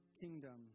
kingdom